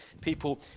people